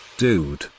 Dude